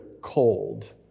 cold